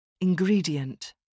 Ingredient